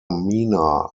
mina